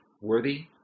worthy